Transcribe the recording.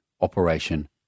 Operation –